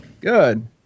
Good